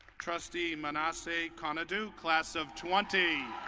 trustee manasseh konadu class of twenty.